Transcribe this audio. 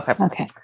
Okay